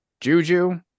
Juju